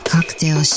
Cocktail